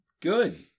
good